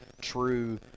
true